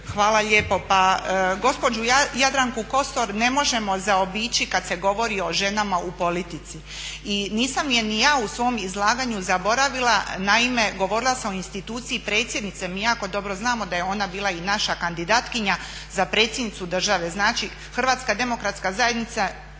Hvala lijepo. Pa gospođu Jadranku Kosor ne možemo zaobići kad se govori o ženama u politici i nisam je ni ja u svom izlaganju zaboravila. Naime govorila sam o instituciji predsjednice, mi jako dobro znamo da je ona bila i naša kandidatkinja za predsjednicu države. Znači HDZ ne živi samo uz ženu